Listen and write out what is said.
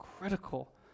critical